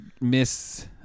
miss